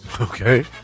Okay